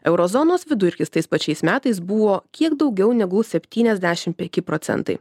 euro zonos vidurkis tais pačiais metais buvo kiek daugiau negu septyniasdešim penki procentai